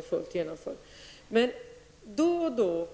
I formuleringarna halkar det då och då